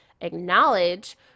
acknowledge